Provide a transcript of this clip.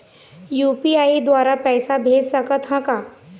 UPI के द्वारा पैसा भेज सकत ह का?